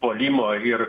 puolimo ir